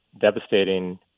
devastating